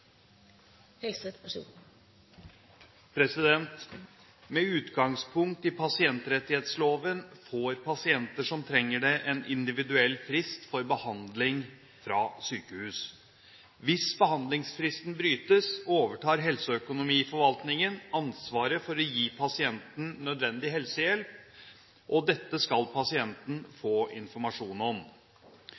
til. Med utgangspunkt i pasientrettighetsloven får pasienter som trenger det, en individuell frist for behandling fra sykehus. Hvis behandlingsfristen brytes, overtar Helseøkonomiforvaltningen ansvaret for å gi pasienten nødvendig helsehjelp, og dette skal pasienten få informasjon om.